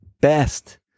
best